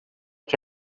que